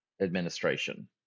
administration